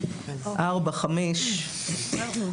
ארבע, חמש שנים.